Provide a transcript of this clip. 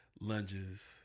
lunges